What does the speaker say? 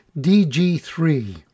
DG3